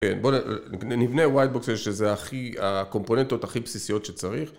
בוא נבנה whitebox שזה הכי, הקומפונטות הכי בסיסיות שצריך.